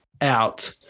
out